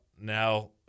now